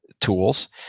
tools